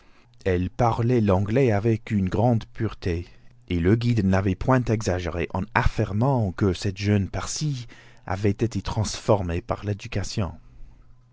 elle parlait l'anglais avec une grande pureté et le guide n'avait point exagéré en affirmant que cette jeune parsie avait été transformée par l'éducation